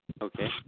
Okay